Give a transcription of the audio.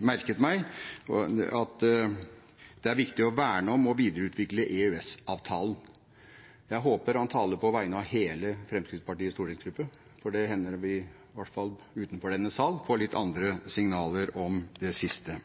merket meg, at det er viktig å verne om og videreutvikle EØS-avtalen. Jeg håper han taler på vegne av hele Fremskrittspartiets stortingsgruppe, for det hender vi i alle fall utenfor denne sal får litt andre signaler om det siste.